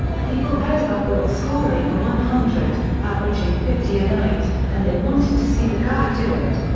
people heard about wilt scoring a one hundred, averaging fifty a night, and they wanted to see the guy do it.